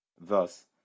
Thus